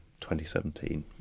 2017